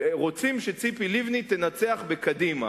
רוצים שציפי לבני תנצח בקדימה.